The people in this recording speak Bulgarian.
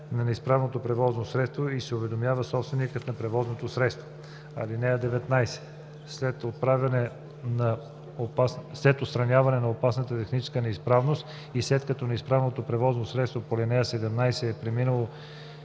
на неизправното превозно средство и се уведомява собственикът на превозното средство. (19) След отстраняване на опасната техническа неизправност и след като неизправното превозно средство по ал. 17 е преминало